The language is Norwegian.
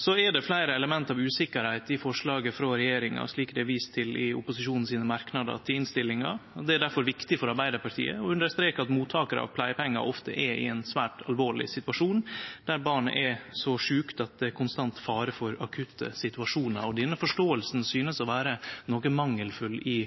Det er fleire element av usikkerheit i forslaget frå regjeringa, slik det er vist til i merknadane frå opposisjonen i innstillinga. Det er difor viktig for Arbeidarpartiet å understreke at mottakarar av pleiepengar ofte er i ein svært alvorleg situasjon, der barnet er så sjukt at det er konstant fare for akutte situasjonar. Denne forståinga synest å vere noko mangelfull i